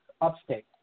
upstate